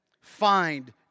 find